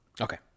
Okay